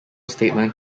statement